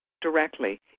directly